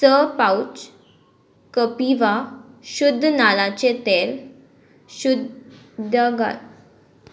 स पाउच कपिवा शुद्द नाल्लाचें तेल शुद्द घाल